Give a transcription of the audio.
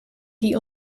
die